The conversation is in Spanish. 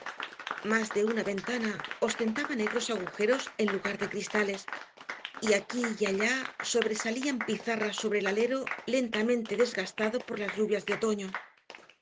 más de una ventana ostentaba negros agujeros en lugar de cristales y aquí y allá sobresalían pizarras sobre el alero lentamente desgastado por las lluvias del otoño